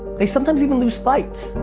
they sometimes even lose fights.